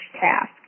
task